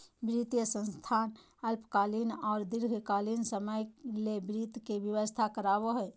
वित्तीय संस्थान अल्पकालीन आर दीर्घकालिन समय ले वित्त के व्यवस्था करवाबो हय